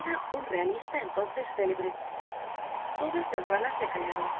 era un realista entonces célebre todas las ranas se callaron